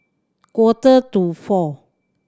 quarter to four